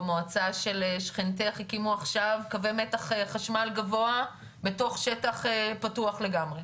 במועצה של שכנתך הקימו עכשיו קווי מתח חשמל גבוה בתוך שטח פתוח לגמרי.